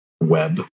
web